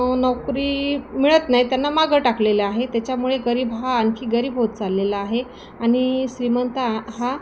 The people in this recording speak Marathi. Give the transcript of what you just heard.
नोकरी मिळत नाही त्यांना मागं टाकलेले आहे त्याच्यामुळे गरीब हा आणखी गरीब होत चाललेला आहे आणि श्रीमंत हा